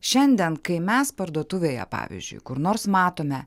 šiandien kai mes parduotuvėje pavyzdžiui kur nors matome